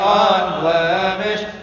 unblemished